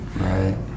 Right